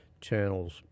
channels